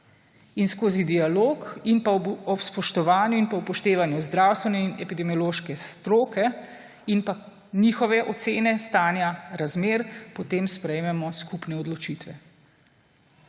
In skozi dialog in pa ob spoštovanju in upoštevanju zdravstvene in epidemiološke stroke in pa njihove ocene stanja razmer potem sprejemamo skupne odločitve.